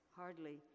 hardly